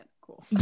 cool